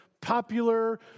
popular